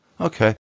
Okay